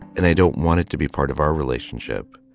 and i don't want it to be part of our relationship